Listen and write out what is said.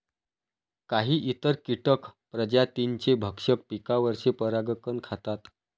काही इतर कीटक प्रजातींचे भक्षक पिकांवरचे परागकण खातात